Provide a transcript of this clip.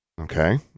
Okay